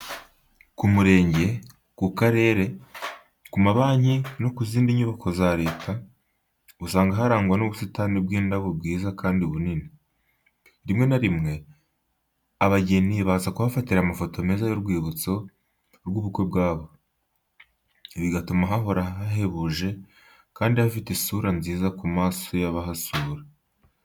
Ku murenge, ku karere, ku mabanki no ku zindi nyubako za leta, usanga harangwa n'ubusitani bw'indabo bwiza kandi bunini. Rimwe na rimwe, abageni baza kuhafatira amafoto meza y’urwibutso rw’ubukwe bwabo, bigatuma hahora hahebuje kandi hafite isura nziza ku maso y'abahasura.